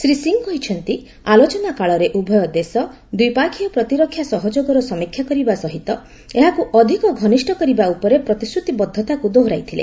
ଶ୍ରୀ ସିଂ କହିଛନ୍ତି ଆଲୋଚନା କାଳରେ ଉଭୟ ଦେଶ ଦ୍ୱିପାକ୍ଷୀୟ ପ୍ରତିରକ୍ଷା ସହଯୋଗର ସମୀକ୍ଷା କରିବା ସହିତ ଏହାକୁ ଅଧିକ ଘନିଷ୍ଠ କରିବା ଉପରେ ପ୍ରତିଶ୍ରତିବଦ୍ଧତାକୁ ଦୋହରାଇଥିଲେ